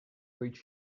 wait